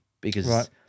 because-